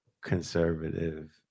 conservative